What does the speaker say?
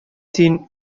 син